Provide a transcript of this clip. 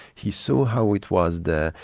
he saw how it was there,